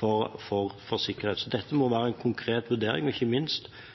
for sikkerhet. Dette må være en konkret vurdering, ikke minst må en gjøre gode risikoanalyser. Det er